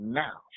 now